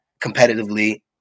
competitively